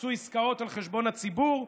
עשו עסקאות על חשבון הציבור,